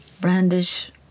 brandish